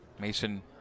Mason